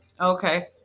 okay